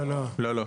לא.